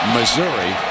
Missouri